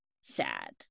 sad